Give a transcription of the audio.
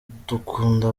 dukunda